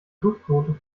duftnote